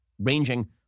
ranging